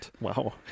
Wow